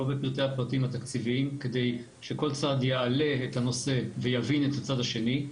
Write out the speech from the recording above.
לא בפרטי הפרטים התקציביים כדי שכל צד יעלה את הנושא ויבין את הצד השני.